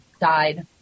died